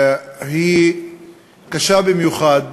היא קשה במיוחד